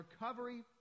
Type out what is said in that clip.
recovery